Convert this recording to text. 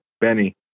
Benny